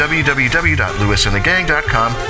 www.lewisandthegang.com